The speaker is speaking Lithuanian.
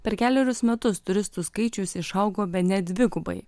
per kelerius metus turistų skaičius išaugo bene dvigubai